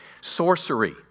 Sorcery